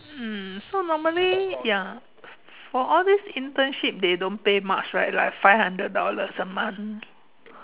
mm so normally ya for all this internship they don't pay much right like five hundred dollars a month